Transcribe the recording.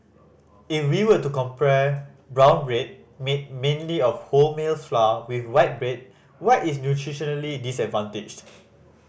if we were to compare brown bread made mainly of wholemeal flour with white bread white is nutritionally disadvantaged